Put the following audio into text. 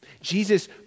Jesus